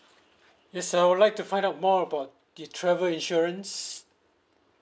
yes I would like to find out more about the travel insurance